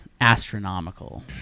astronomical